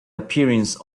appearance